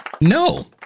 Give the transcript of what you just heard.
no